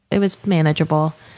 it was manageable.